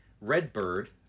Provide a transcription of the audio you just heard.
Redbird